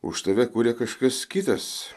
už tave kūrė kažkas kitas